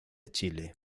chile